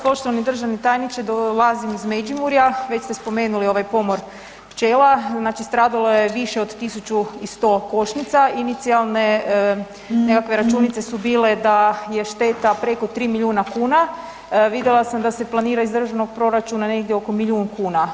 Poštovani državni tajniče, dolazim iz Međimurja, već ste spomenuli ovaj pomor pčela, znači stradalo je više od 1100 košnica, inicijalne nekakve računice su bile da je šteta preko 3 milijuna kuna, vidjela sam da se planira iz državnog proračuna negdje oko milijun kuna.